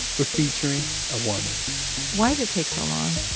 we're featuring a woman why did it take so long?